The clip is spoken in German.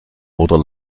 oder